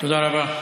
תודה רבה.